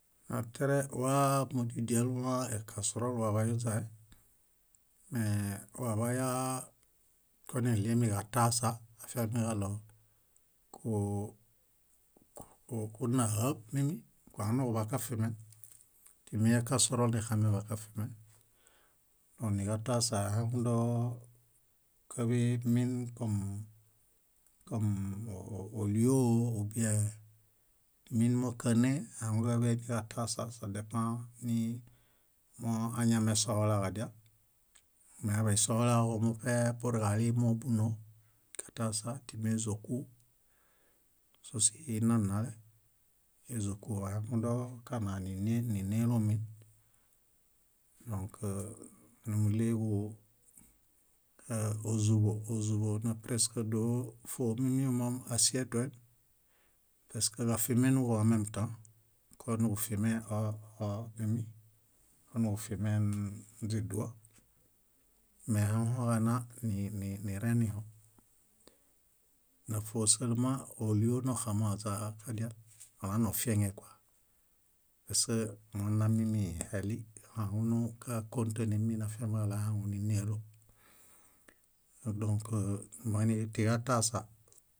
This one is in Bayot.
Na wa tiare múdidialuwa ekasoro waḃayuźae me waḃaya koneɭimiġataasa afiamiġaɭo kúnahaab mími, kulanuġuḃa kafimen timi ekasoro nexameḃakafimen. Koniġatasa ahaŋudo káḃemin kom kom ólio ubiẽ min mókane ahaŋuġaḃeġatasa sadepã nimoamesohulaġadia. Me aiḃanisohulaġomuṗe purġalimo búnoo, timi ézoku sósihi inanale. Ézoku ahaŋudokana nínelo min. Dõk númuɭeġu ózuḃo, ózuḃo napresk dóo fómimimom asietuem presk káfimenuġom ãmemtã. Konuġufimẽźiduo me ahaŋuhoġana nireniho. Náfoo selmã ólio noxamoźakadial, olanofieŋe pask mónamimimi heli oɭum kákõtene minafiamiġaɭo ahaŋu nínelo. Dõk moinitiġatasa